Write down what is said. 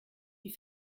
die